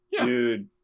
dude